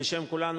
בשם כולנו,